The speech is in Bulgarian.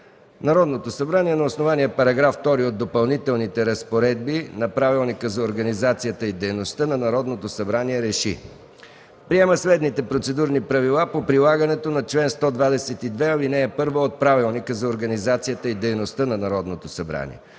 Народното събрание на основание § 2 от Допълнителните разпоредби на Правилника за организацията и дейността на Народното събрание РЕШИ: Приема следните Процедурни правила по прилагането на чл. 122, ал. 1 от Правилника за организацията и дейността на Народното събрание: